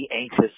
anxious